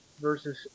versus